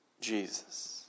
Jesus